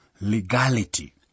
legality